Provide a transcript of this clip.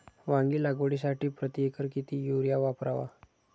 वांगी लागवडीसाठी प्रति एकर किती युरिया वापरावा?